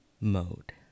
mode